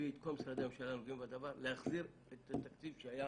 את כל משרדי הממשלה הנוגעים בדבר להחזיר את התקציב שהיה